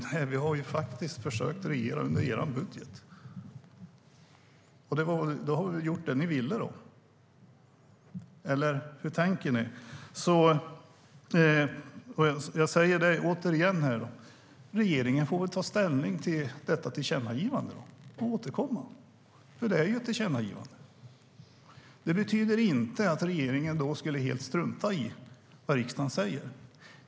Vi har faktiskt försökt att regera under er budget. Då har vi gjort vad ni ville. Eller hur tänker ni? Regeringen får väl ta ställning till tillkännagivandet och återkomma. Det är ju ett tillkännagivande. Det betyder inte att regeringen helt ska strunta i vad riksdagen säger.